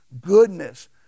goodness